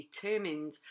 determined